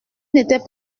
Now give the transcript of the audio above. n’était